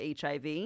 HIV